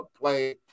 play